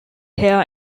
hair